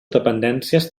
dependències